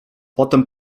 potem